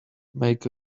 make